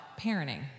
parenting